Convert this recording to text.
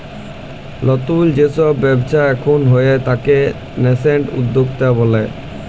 লতুল যে সব ব্যবচ্ছা এখুন হয়ে তাকে ন্যাসেন্ট উদ্যক্তা ব্যলে